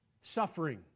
suffering